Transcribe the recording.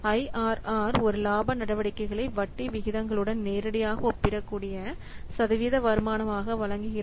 IRR ஒரு இலாப நடவடிக்கைகளை வட்டி விகிதங்களுடன் நேரடியாக ஒப்பிடக்கூடிய சதவீத வருமானமாக வழங்குகிறது